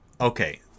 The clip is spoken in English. Okay